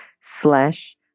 slash